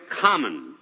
common